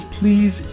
please